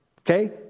Okay